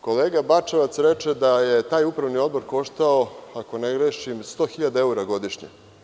Kolega Bačevac reče da je taj upravni odbor koštao, ako ne grešim, 100.000 evra godišnje.